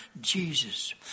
Jesus